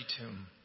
tomb